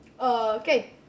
Okay